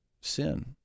sin